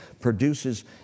produces